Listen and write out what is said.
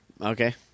Okay